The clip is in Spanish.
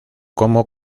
como